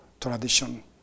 tradition